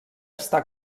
està